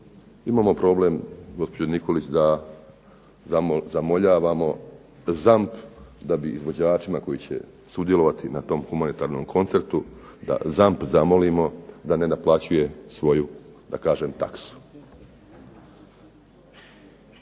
imamo problem, gospođo Nikolić, da zamoljavamo ZAMP da bi izvođačima koji će sudjelovati na tom humanitarnom koncertu da ZAMP zamolimo da ne naplaćuje svoju, da kažem, taksu.